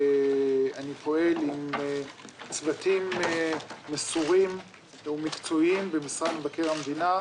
ואני פועל עם צוותים מסורים ומקצועיים במשרד מבקר המדינה,